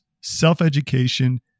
self-education